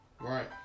Right